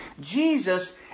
Jesus